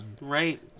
Right